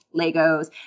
legos